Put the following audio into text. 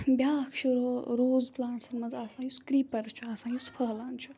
بیٛاکھ چھُ رو روز پٕلانٛٹسَن مَنٛز آسان یُس کریٖپَر چھُ آسان یُس پھٔہلان چھُ